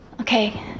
Okay